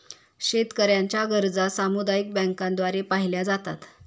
शेतकऱ्यांच्या गरजा सामुदायिक बँकांद्वारे पाहिल्या जातात